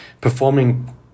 performing